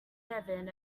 heaven